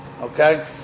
Okay